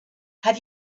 have